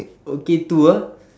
okay two ah